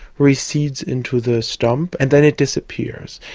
recedes into the stump and then it disappears.